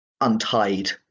untied